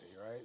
right